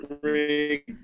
Three